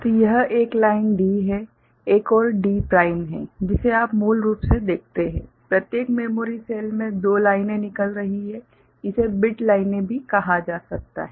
तो यह एक लाइन D है एक और D प्राइम है जिसे आप मूल रूप से देखते हैं प्रत्येक मेमोरी सेल से 2 लाइनें निकल रही हैं इसे बिट लाइनें भी कहा जा सकता है